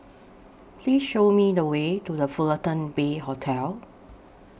Please Show Me The Way to The Fullerton Bay Hotel